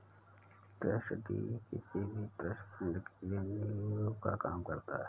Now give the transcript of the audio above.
trust deed किसी भी trust fund के लिए नीव का काम करता है